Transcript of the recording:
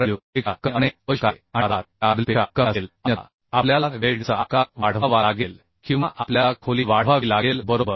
पेक्षा कमी असणे आवश्यक आहे आणि अर्थात ते Rw पेक्षा कमी असेल अन्यथा आपल्याला वेल्डचा आकार वाढवावा लागेल किंवा आपल्याला खोली वाढवावी लागेल बरोबर